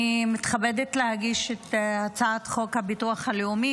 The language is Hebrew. אני מתכבדת להגיש את הצעת חוק הביטוח הלאומי